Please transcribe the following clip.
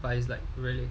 but it's like really